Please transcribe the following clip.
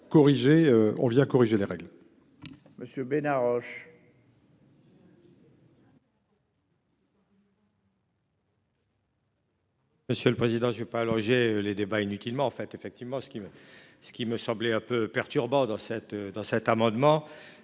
on vient corriger les règles.